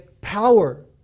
power